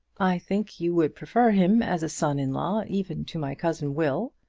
i think you would prefer him as a son-in-law even to my cousin will.